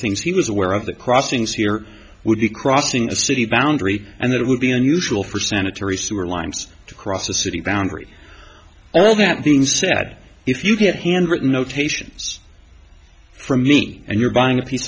things he was aware of the crossings here would be crossing a city boundary and that it would be unusual for sanitary sewer lines to cross a city boundary all that being said if you can't hand written notes haitians for me and you're buying a piece